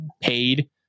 paid